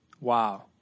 Wow